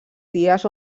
dies